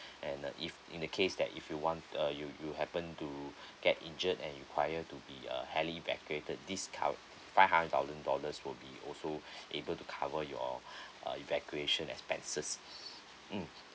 and uh if in the case that if you want uh you you happen to get injured and require to be uh heli evacuated this cov~ five hundred thousand dollars will be also able to cover your uh evacuation expenses mm